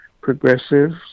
progressives